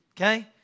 Okay